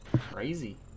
Crazy